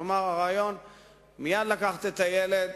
כלומר, הרעיון הוא מייד לקחת את הילד,